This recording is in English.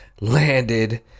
landed